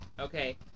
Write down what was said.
okay